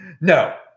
No